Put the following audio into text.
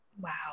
Wow